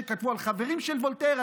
שכתבו החברים של וולטר.